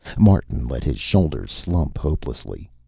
martin let his shoulders slump hopelessly.